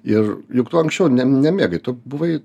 ir juk tu anksčiau nemėgai tu buvai